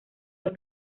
los